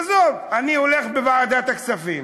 עזוב, אני הולך לישיבת ועדת הכספים